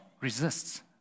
resists